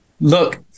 Look